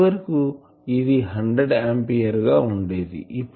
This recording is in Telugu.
ఇదివరకు ఇది 100 అంపియేర్ గా ఉండేది ఇప్పుడు 10